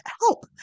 help